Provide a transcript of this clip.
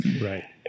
Right